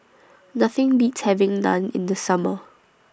Nothing Beats having Naan in The Summer